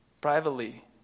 privately